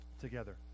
together